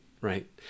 right